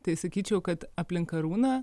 tai sakyčiau kad aplink karūną